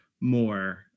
more